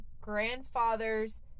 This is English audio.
grandfather's